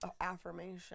Affirmation